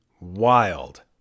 wild